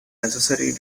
necessary